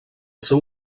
seu